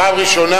פעם ראשונה,